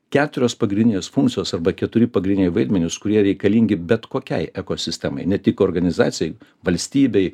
keturios pagrindinės funkcijos arba keturi pagrindiniai vaidmenys kurie reikalingi bet kokiai ekosistemai ne tik organizacijai valstybei